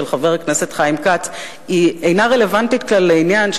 חבר הכנסת חיים כץ אינה רלוונטית כלל לעניין,